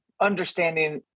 understanding